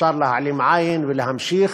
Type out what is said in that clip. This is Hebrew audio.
אפשר להעלים עין ולהמשיך.